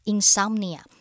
Insomnia